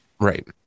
Right